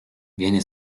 viene